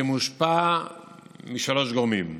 שמושפע משלושה גורמים: